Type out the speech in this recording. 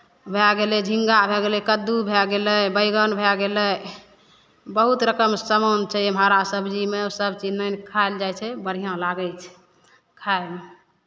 भए गेलै झिङ्गा भए गेलै कददू भए गेलै बैगन भए गेलै बहुत रकमके सामान छै एहिमे हरा सबजीमे सभचीज आनि कऽ खायल जाइ छै बढ़िआँ लागै छै खाइमे